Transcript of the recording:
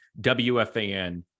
wfan